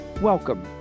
Welcome